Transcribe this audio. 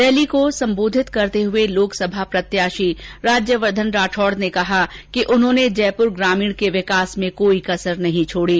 rally को संबोधित करते हुए लोक सभा प्रत्याषी राज्यवर्धन राठौड ने कहा कि उन्होंने जयप्र ग्रामीण के विकास में कोई कसर नहीं छोडी